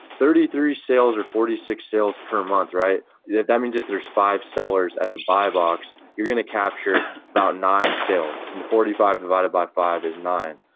thirty three sales or forty six sales per month, right that means if there's five sellers at the buy box you're gonna capture about nine sales and into forty five divided by five is nine.